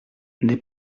n’est